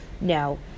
no